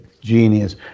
genius